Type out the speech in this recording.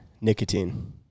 nicotine